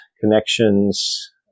connections